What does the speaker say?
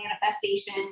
manifestation